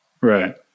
Right